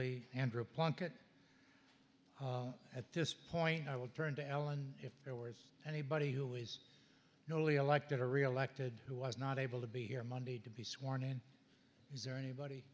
i andrew plunkett at this point i would turn to ellen if there was anybody who is not only elected or reelected who was not able to be here monday to be sworn in is there anybody